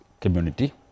community